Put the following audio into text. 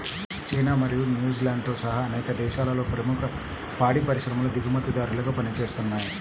China మరియు న్యూజిలాండ్తో సహా అనేక దేశాలలో ప్రముఖ పాడి పరిశ్రమలు దిగుమతిదారులుగా పనిచేస్తున్నయ్